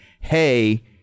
Hey